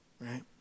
Right